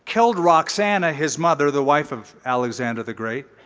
killed roxanna, his mother, the wife of alexander the great.